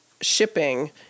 shipping